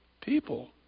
people